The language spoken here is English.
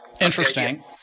Interesting